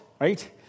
right